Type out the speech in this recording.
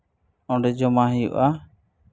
ᱚᱸᱰᱮ ᱡᱚᱢᱟᱭ ᱦᱩᱭᱩᱜᱼᱟ